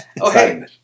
okay